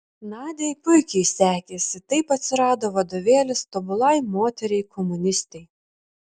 nadiai puikiai sekėsi taip atsirado vadovėlis tobulai moteriai komunistei